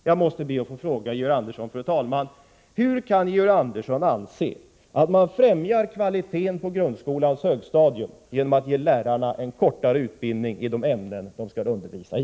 Jag måste, fru talman, be att få fråga Georg Andersson: Hur kan Georg Andersson anse att man främjar kvaliteten på grundskolans högstadium genom att ge lärarna en kortare utbildning i de ämnen som de skall undervisa i?